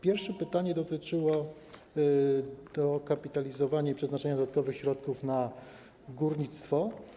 Pierwsze pytanie dotyczyło dokapitalizowania i przeznaczenia dodatkowych środków na górnictwo.